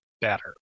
better